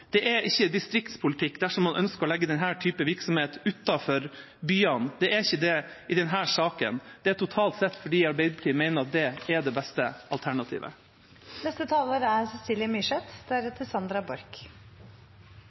Det er ikke distriktspolitikk at man ønsker å legge denne typen virksomhet utenfor byene, det er ikke det i denne saken. Det er totalt sett – fordi Arbeiderpartiet mener at det er det beste alternativet. Først vil jeg si at jeg selvfølgelig er